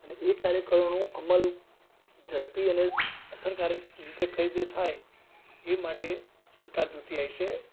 અને એ કાર્યક્રમોનો અમલ ઝડપી અને અસરકારક રીતે કઈ રીતે થાય એ માટે સરકાર જોતી આવી છે